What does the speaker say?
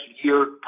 year